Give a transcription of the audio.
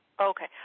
Okay